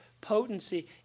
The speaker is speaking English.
potency